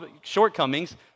shortcomings